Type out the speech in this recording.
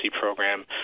program